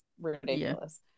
ridiculous